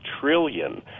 trillion